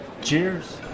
Cheers